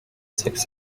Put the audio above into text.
sex